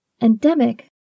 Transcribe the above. Endemic